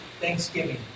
thanksgiving